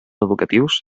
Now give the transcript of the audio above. educatius